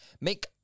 Make